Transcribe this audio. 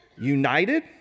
united